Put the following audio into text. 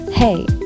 Hey